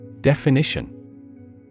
Definition